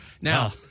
Now